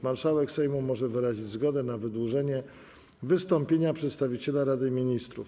Marszałek Sejmu może wyrazić zgodę na wydłużenie wystąpienia przedstawiciela Rady Ministrów.